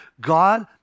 God